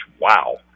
wow